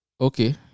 Okay